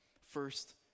First